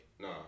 No